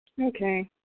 Okay